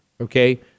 okay